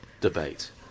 debate